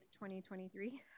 2023